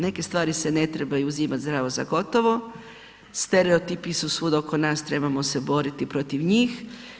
Neke stvari se ne trebaju uzimati zdravo za gotovo, stereotipi su svud oko nas trebamo se boriti protiv njih.